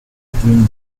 between